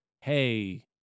hey